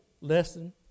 lesson